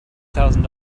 thousand